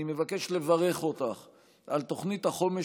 אני מבקש לברך אותך על תוכנית החומש